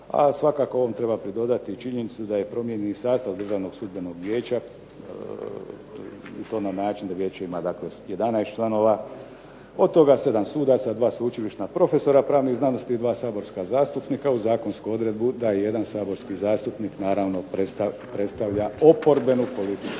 svakako ovom treba pridodati činjenicu da je promijenjen i sastav Državnog sudbenog vijeća i to na način da vijeće ima 11 članova, od toga 7 sudaca, 2 sveučilišna profesora pravnih znanosti, 2 saborska zastupnika u zakonsku odredbu da je jedan saborski zastupnik predstavlja oporbenu političku